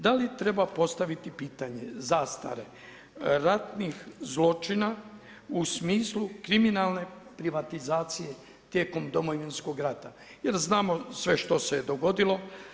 Da li treba postaviti pitanje zastare ratnih zločina u smislu kriminalne privatizacije tijekom Domovinskog rata jer znamo sve što se dogodilo.